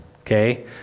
okay